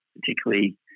particularly